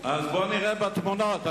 בוא נראה בתמונות,